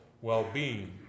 well-being